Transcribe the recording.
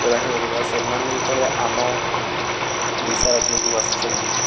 ଏ ଭାଷା କହୁଚନ୍ତି ଆଉ ସେମାନେ ଯେତେବେଳେ ଆମ ଓଡ଼ିଶା ରାଜ୍ୟକୁ ଆସୁଛନ୍ତି